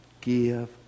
give